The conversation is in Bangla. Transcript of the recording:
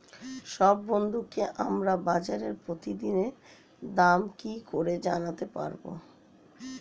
সব বন্ধুকে আমাকে বাজারের প্রতিদিনের দাম কি করে জানাতে পারবো?